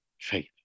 faith